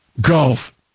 golf